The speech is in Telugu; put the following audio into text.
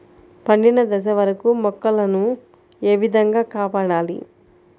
పండిన దశ వరకు మొక్కల ను ఏ విధంగా కాపాడాలి?